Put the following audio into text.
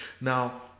Now